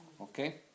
okay